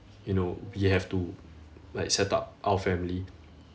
you know we have to like set up our family